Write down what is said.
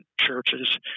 churches